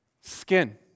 Skin